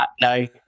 no